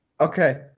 okay